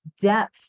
depth